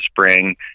spring